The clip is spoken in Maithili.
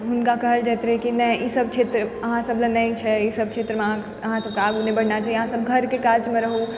हुनका कहल जाइत रहै कि नहि ई सभ क्षेत्र अहाँ सभ लए नहि छै ई सभ क्षेत्रमे अहाँ अहाँ सभ कऽ आगू नहि बढ़ना चाही अहाँ सभ घरकेँ काजमे रहु